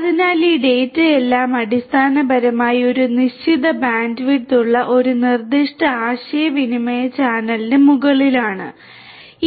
അതിനാൽ ഈ ഡാറ്റയെല്ലാം അടിസ്ഥാനപരമായി ഒരു നിശ്ചിത ബാൻഡ്വിഡ്ത്ത് ഉള്ള ഒരു നിർദ്ദിഷ്ട ആശയവിനിമയ ചാനലിനു മുകളിലാണ്